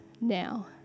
now